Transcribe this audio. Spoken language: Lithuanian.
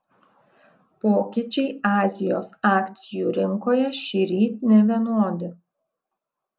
pokyčiai azijos akcijų rinkoje šįryt nevienodi